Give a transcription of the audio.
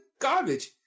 garbage